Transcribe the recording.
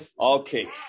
Okay